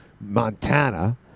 montana